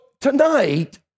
tonight